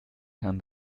herrn